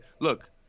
look